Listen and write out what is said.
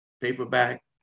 paperback